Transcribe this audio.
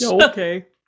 Okay